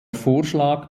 vorschlag